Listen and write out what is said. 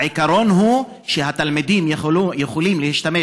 העיקרון הוא שהתלמידים יכולים להשתמש